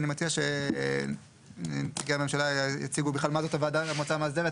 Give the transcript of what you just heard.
אני מציע שנציגי הממשלה יציגו בכלל מה זאת המועצה המאסדרת,